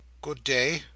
Good-day